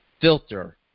filter